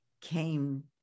came